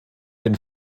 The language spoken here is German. den